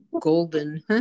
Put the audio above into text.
golden